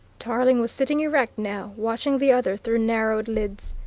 tarling was sitting erect now, watching the other through narrowed lids.